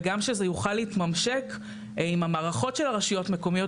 וגם שזה יוכל להתממשק עם המערכות של הרשויות המקומיות,